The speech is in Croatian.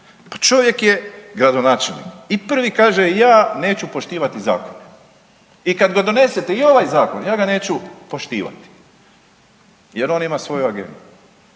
čovjek je gradonačelnik i prvi kaže ja neću poštivati zakon. I kad ga donesete i ovaj Zakon, ja ga neću poštivati jer on ima svoju agendu.